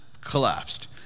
collapsed